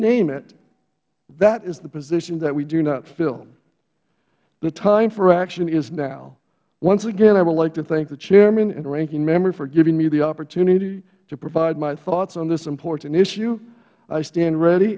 name it that is the position that we do not fill the time for action is now once again i would like to thank the chairman and ranking member for giving me the opportunity to provide my thoughts on this important issue i stand ready